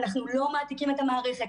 אנחנו לא מעתיקים את המערכת,